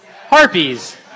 Harpies